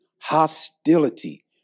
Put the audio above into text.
hostility